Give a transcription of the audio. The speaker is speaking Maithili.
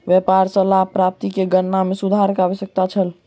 व्यापार सॅ लाभ प्राप्ति के गणना में सुधारक आवश्यकता छल